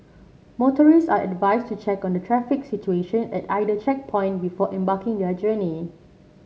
motorists are advised to check on the traffic situation at either checkpoint before embarking their journey